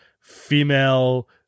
female